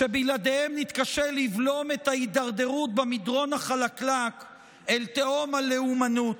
שבלעדיהם נתקשה לבלום את ההידרדרות במדרון החלקלק אל תהום הלאומנות.